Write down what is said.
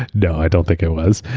no, i don't think it was.